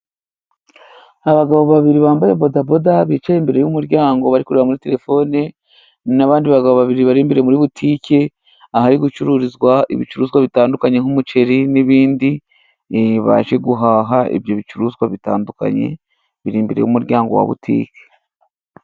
Abagabo babiri bambaye bodaboda bicaye imbere y'umuryango bari kureba muri telefone, n'abandi bagabo babiri bari imbere muri butike ahari gucururizwa ibicuruzwa bitandukanye nk'umuceri n'ibindi, baje guhaha ibyo bicuruzwa bitandukanye biri imbere y'umuryango wa butike.